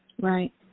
right